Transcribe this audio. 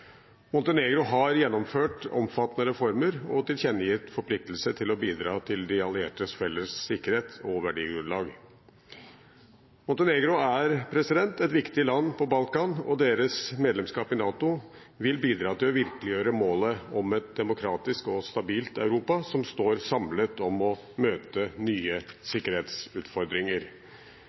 Montenegro har gjennomført omfattende reformer og tilkjennegitt forpliktelser til å bidra til de alliertes felles sikkerhet og verdigrunnlag. Montenegro er et viktig land på Balkan, og deres medlemskap i NATO vil bidra til å virkeliggjøre målet om et demokratisk og stabilt Europa som står samlet om å møte nye sikkerhetsutfordringer.